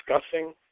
discussing